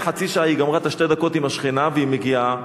אחרי חצי שעה היא גמרה את השתי דקות עם השכנה והיא מגיעה,